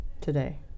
today